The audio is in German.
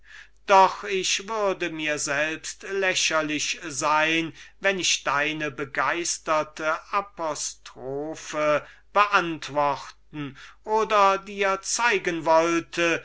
doch ich würde mir selbst lächerlich sein wenn ich deine begeisterte apostrophe beantworten oder dir zeigen wollte